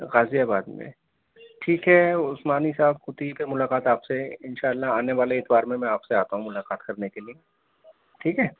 غازی آباد میں ٹھیک ہے عثمانی صاحب تو ٹھیک ہے ملاقات آپ سے ان شاء اللہ آنے والے اتوار میں میں آپ سے آتا ہوں ملاقات کرنے کے لیے ٹھیک ہے